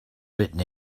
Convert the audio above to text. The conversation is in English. written